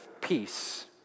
Peace